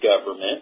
government